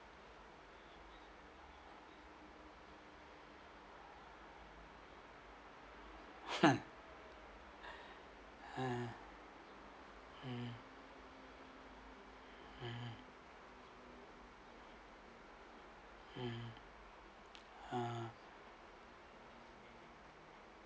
uh mm mm mm ah